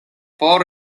por